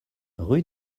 rue